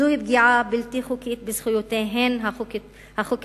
זוהי פגיעה בלתי חוקית בזכויותיהן החוקתיות